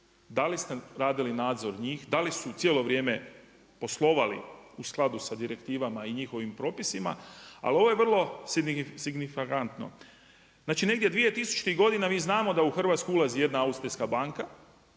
da li ste radili nadzor njih? Da li su cijelo vrijeme poslovali u skladu sa direktivama i njihovim propisima. Ali ovo je vrlo signifikantno. Znači, negdje dvije tisućitih godina mi znamo da u Hrvatsku ulazi jedna austrijska banka